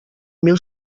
mil